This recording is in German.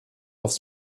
aufs